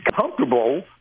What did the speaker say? comfortable